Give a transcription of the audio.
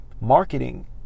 marketing